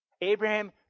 Abraham